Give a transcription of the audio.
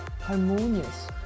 harmonious